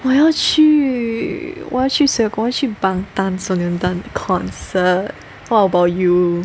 我要去我要去谁我要去 Bangtan 的 concert what about you